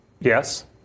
Yes